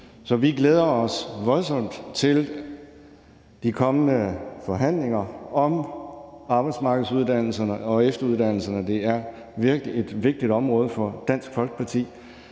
Så vi glæder os voldsomt til de kommende forhandlinger om arbejdsmarkedsuddannelserne og efteruddannelserne. Det er virkelig et vigtigt område for Dansk Folkeparti.